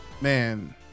man